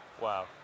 Wow